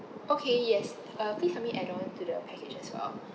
okay yes uh please help me add on to the package as well